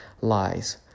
lies